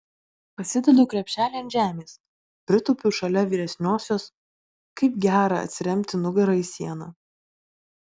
pasidedu krepšelį ant žemės pritūpiu šalia vyresniosios kaip gera atsiremti nugara į sieną